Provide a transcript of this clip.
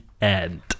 end